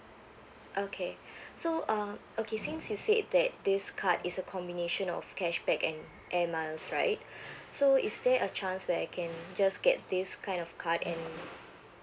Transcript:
okay so uh okay since you said that this card is a combination of cashback and air miles right so is there a chance where I can just get this kind of card and